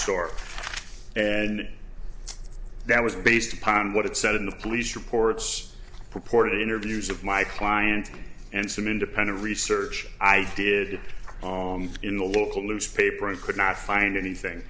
store and that was based upon what it said in the police reports purported interviews of my client and some independent research i did in the local newspaper and could not find anything